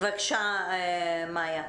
בבקשה מאיה.